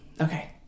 Okay